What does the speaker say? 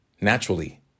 Naturally